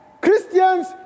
Christians